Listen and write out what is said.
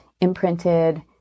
Imprinted